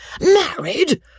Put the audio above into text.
Married